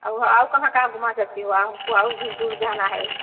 और और कहाँ कहाँ घुमा सकती हो आप हमको और भी दूर जाना है